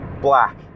black